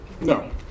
no